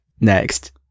next